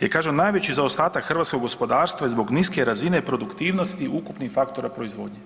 je kažem najveći zaostatak hrvatskog gospodarstva zbog niske razine produktivnosti ukupnih faktora proizvodnje.